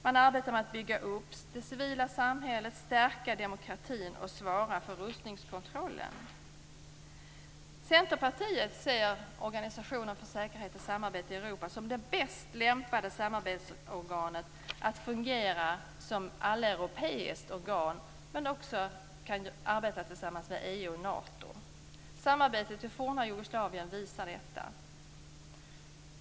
Man arbetar med att bygga upp det civila samhället, stärka demokratin och svara för rustningskontrollen. Centerpartiet ser Organisationen för säkerhet och samarbete i Europa som det bäst lämpade samarbetsorganet när det gäller att fungera som alleuropeiskt organ. Man kan också arbeta tillsammans med EU och Nato. Samarbetet i det forna Jugoslavien visar detta.